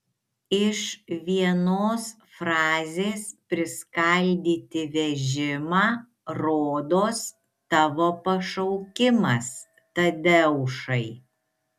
iš vienos frazės priskaldyti vežimą rodos tavo pašaukimas tadeušai